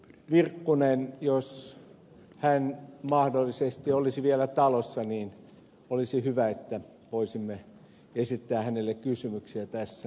mutta jos ministeri virkkunen mahdollisesti olisi vielä talossa niin olisi hyvä että voisimme esittää hänelle kysymyksiä tästä asiasta